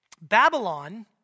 Babylon